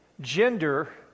gender